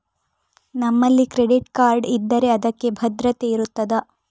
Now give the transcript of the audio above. ನಮ್ಮಲ್ಲಿ credit card ಇದ್ದರೆ ಅದಕ್ಕೆ ಭದ್ರತೆ ಇರುತ್ತದಾ?